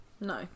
No